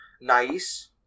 Nice